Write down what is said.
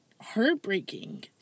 heartbreaking